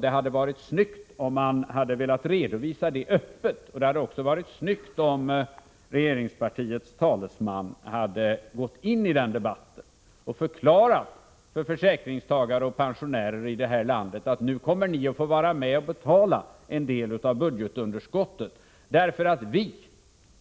Det hade varit snyggt om man velat redovisa detta öppet, och det hade också varit snyggt om regeringspartiets talesman hade gått in i den debatten och förklarat för försäkringstagare och pensionärer i det här landet, att nu kommer ni att få vara med och betala en del av budgetunderskottet, därför att vi,